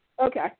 Okay